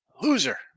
Loser